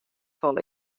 folle